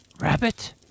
rabbit